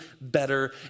better